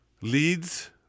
leads